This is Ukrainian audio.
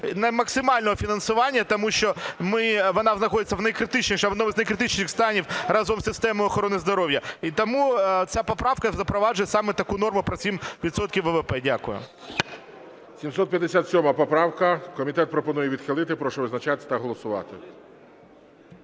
максимального фінансування, тому що вона знаходиться в найкритичнішому стані разом з системою охорони здоров'я. Тому ця поправка запроваджує саме таку норму про 7 відсотків ВВП. Дякую. ГОЛОВУЮЧИЙ. 757 поправка. Комітет пропонує відхилити. Прошу визначатися та голосувати.